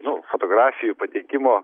nu fotografijų pateikimo